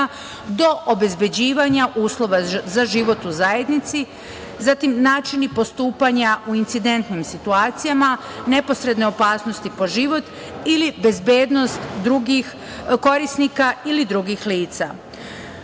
do obezbeđivanja uslova za život u zajednici, zatim način i postupanja u incidentnim situacijama neposredne opasnosti po život ili bezbednost drugih korisnika ili drugih lica. Zakon